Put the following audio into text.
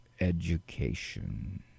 education